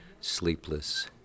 sleepless